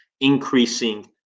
increasing